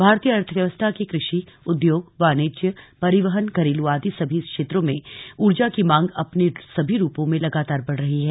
भारतीय अर्थव्यवस्था के कृषि उद्योग वाणिज्य परिवहन घरेलू आदि सभी क्षेत्रों में ऊर्जा की मांग अपने सभी रूपों में लगातार बढ़ रही है